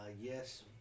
Yes